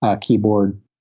keyboard